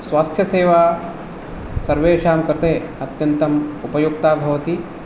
स्वास्थ्यसेवा सर्वेषां कृते अत्यन्तम् उपयुक्ता भवति